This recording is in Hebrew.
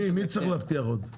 מי עוד צריך להבטיח חוץ ממך?